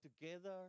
together